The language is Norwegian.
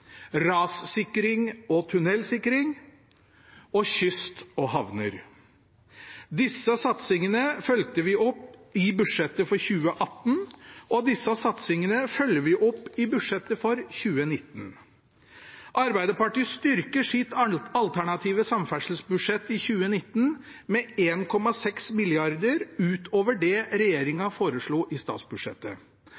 rassikring og tunnelsikring kyst og havner Disse satsingene fulgte vi opp i budsjettet for 2018, og disse satsingene følger vi opp i budsjettet for 2019. Arbeiderpartiet styrker sitt alternative samferdselsbudsjett i 2019 med 1,6 mrd. kr ut over det